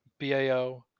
bao